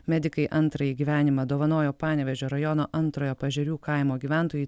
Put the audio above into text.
medikai antrąjį gyvenimą dovanojo panevėžio rajono antrojo paežerių kaimo gyventojui